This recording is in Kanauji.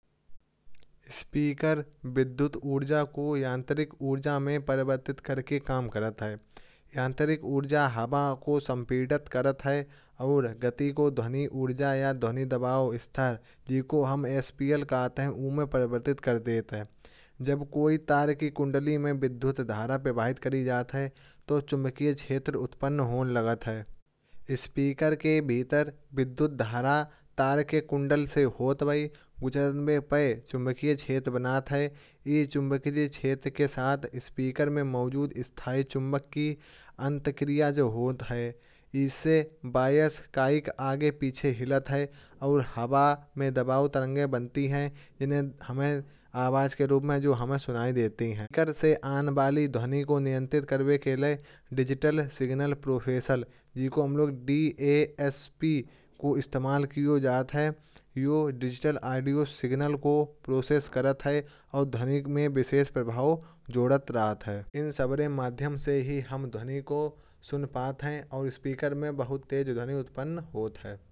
स्पीकर विद्युत ऊर्जा को यांत्रिक ऊर्जा में परिवर्तित करके काम करता है। यांत्रिक ऊर्जा हवा को संपीड़ित करती है। और इस गति को ध्वनि ऊर्जा या ध्वनि दबाव में परिवर्तित कर देते हैं। जिसे हम साउंड प्रेशर लेवल कहते हैं जब कोई तार की कुण्डली में विद्युत धारा बहती है। तो चुम्बकीय क्षेत्र उत्पन्न होने लगता है। स्पीकर के अंदर विद्युत धारा तार के कुण्डल से गुजरने पर चुम्बकीय क्षेत्र बनता है। ये चुम्बकीय क्षेत्र स्पीकर में मौजूद स्थायी चुम्बक के साथ अंतरक्रिया करता है। जिससे वॉइस कुण्डली आगे पीछे हिलता है और हवा में दबाव तरंगें बनती हैं। इन्हें हम आवाज के रूप में सुनते हैं। घर से आनेवाली ध्वनि को नियंत्रित करने के लिए हम डिजीटल सिंगल प्रोसेसर का इस्तेमाल करते हैं।